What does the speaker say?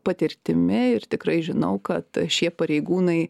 patirtimi ir tikrai žinau kad šie pareigūnai